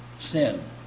sin